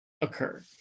occur